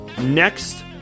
next